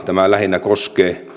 tämä lähinnä koskee